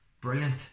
brilliant